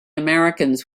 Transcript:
americans